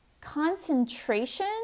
concentration